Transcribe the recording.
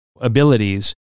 abilities